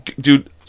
Dude